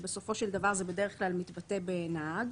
כשבסופו של דבר זה בדרך כלל מתבטא בנהג,